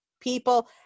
people